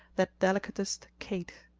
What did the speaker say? that delicatest cate.